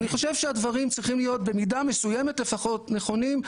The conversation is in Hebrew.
אני חושב שהדברים צריכים להיות במידה מסוימת לפחות נכונים,